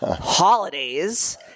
holidays